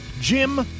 Jim